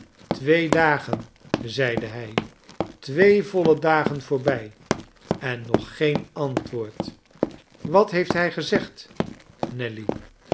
twee dagen zeide hij twee voile dagen voorbij en nog geen antwoord wat heeft hij gezegd nelly